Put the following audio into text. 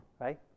right